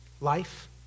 Life